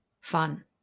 fun